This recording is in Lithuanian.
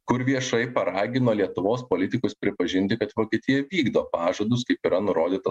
kur viešai paragino lietuvos politikus pripažinti kad vokietija vykdo pažadus kaip yra nurodyta